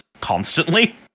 constantly